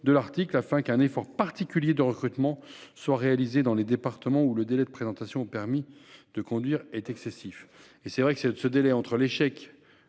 de l'article, afin qu'un effort particulier de recrutement soit réalisé dans les départements où le délai de présentation au permis de conduire est excessif. Il est vrai que nous ne